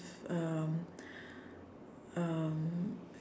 um um